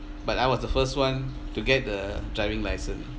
but I was the first one to get the driving license